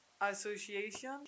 Association